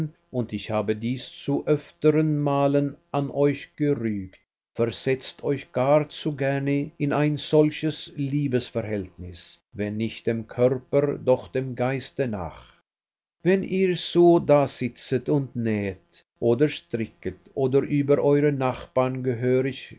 und ich habe dies zu öfteren malen an euch gerügt versetzt euch gar zu gerne in ein solches liebesverhältnis wenn nicht dem körper doch dem geiste nach wenn ihr so dasitzet und nähet oder stricket und über eure nachbarn gehörig